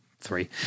Three